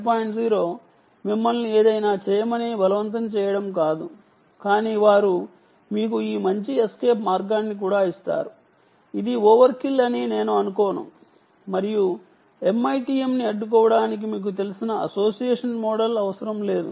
0 మిమ్మల్ని ఏదైనా చేయమని బలవంతం చేయడం కాదు కానీ వారు మీకు ఈ మంచి ఎస్కేప్ మార్గాన్ని కూడా ఇస్తారు ఇది ఓవర్ కిల్ అని నేను అనుకోను మరియు MITM ని అడ్డుకోవటానికి మీకు తెలిసిన అసోసియేషన్ మోడల్ అవసరం లేదు